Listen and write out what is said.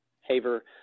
Haver